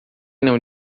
não